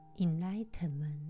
enlightenment